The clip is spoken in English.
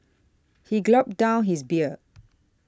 he gulped down his beer